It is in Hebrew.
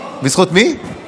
בזכות, בזכות מי?